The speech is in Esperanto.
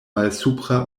malsupra